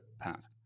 past